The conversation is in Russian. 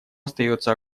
остается